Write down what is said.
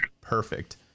perfect